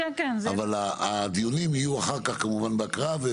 אבל הדיונים יהיו אחר כך כמובן בהקראה.